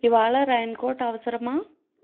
ఇవాళ raincoat అవసరమా